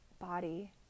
body